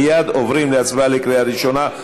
מייד עוברים להצבעה בקריאה ראשונה.